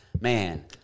man